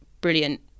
brilliant